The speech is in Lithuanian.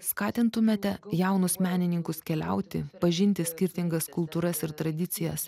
skatintumėte jaunus menininkus keliauti pažinti skirtingas kultūras ir tradicijas